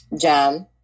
Jam